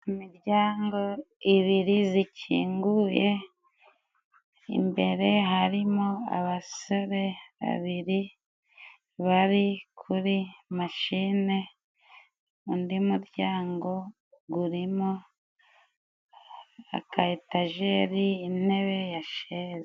Imiryango ibiri zikinguye, imbere harimo abasore babiri bari kuri mashine undi muryango gurimo ka etajeri intebe ya sheze.